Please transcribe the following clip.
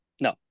No